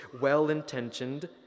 well-intentioned